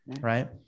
right